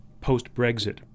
post-Brexit